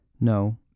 No